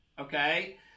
okay